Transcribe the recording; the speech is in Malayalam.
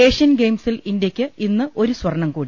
ഏഷ്യൻ ഗെയിംസിൽ ഇന്ത്യയ്ക്ക് ഇന്ന് ഒരു സ്വർണം കൂടി